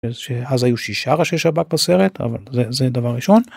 אז היו שישה ראשי שב"כ בסרט אבל זה דבר ראשון.